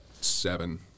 seven